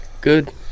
Good